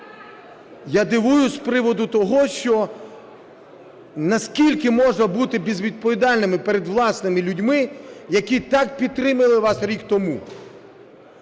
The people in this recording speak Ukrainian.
Я дивуюсь з приводу того, що наскільки можна бути безвідповідальними перед власними людьми, які так підтримали вас рік тому.